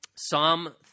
Psalm